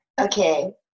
Okay